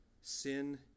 Sin